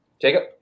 Jacob